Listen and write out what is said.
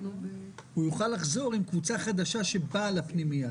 הוא יוכל לחזור עם קבוצה חדשה שבאה לפנימייה,